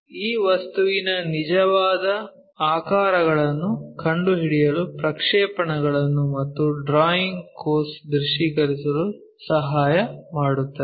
ಈ ವಸ್ತುವಿನ ನಿಜವಾದ ಆಕಾರಗಳನ್ನು ಕಂಡುಹಿಡಿಯಲು ಪ್ರಕ್ಷೇಪಣಗಳು ಮತ್ತು ಡ್ರಾಯಿಂಗ್ ಕೋರ್ಸ್ ದೃಶ್ಯೀಕರಿಸಲು ಸಹಾಯ ಮಾಡುತ್ತದೆ